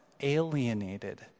alienated